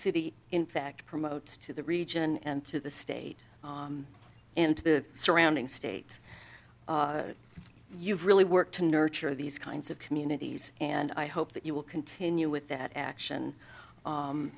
city in fact promotes to the region and to the state and to the surrounding states you've really worked to nurture these kinds of communities and i hope that you will continue with that action